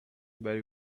very